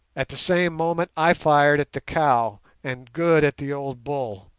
at the same moment i fired at the cow, and good at the old bull.